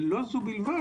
ולא זו בלבד,